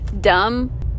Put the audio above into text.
dumb